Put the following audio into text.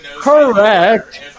Correct